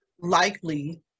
likely